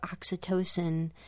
oxytocin